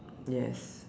yes